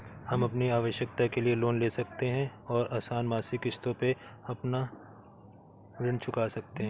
हम अपनी आवश्कता के लिए लोन ले सकते है और आसन मासिक किश्तों में अपना ऋण चुका सकते है